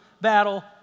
battle